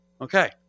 Okay